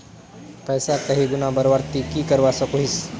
पैसा कहीं गुणा बढ़वार ती की करवा सकोहिस?